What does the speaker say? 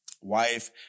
wife